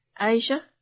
Asia